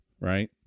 right